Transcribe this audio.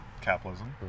capitalism